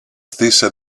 stessa